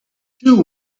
too